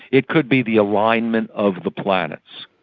it could be the alignment of the planets.